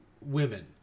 women